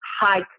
high